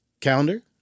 calendar